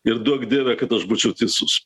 ir duok dieve kad aš būčiau teisus